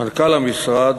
מנכ"ל המשרד,